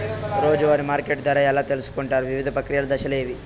రోజూ వారి మార్కెట్ ధర ఎలా తెలుసుకొంటారు వివిధ ప్రక్రియలు దశలు ఏవి?